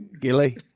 Gilly